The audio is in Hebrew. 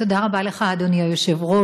תודה רבה לך, אדוני היושב-ראש,